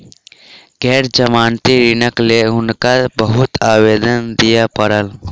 गैर जमानती ऋणक लेल हुनका बहुत आवेदन दिअ पड़ल